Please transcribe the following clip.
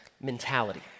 mentality